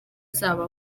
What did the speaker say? azaba